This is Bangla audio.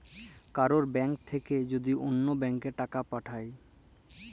কারুর ব্যাঙ্ক থাক্যে যদি ওল্য ব্যাংকে টাকা পাঠায়